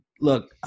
Look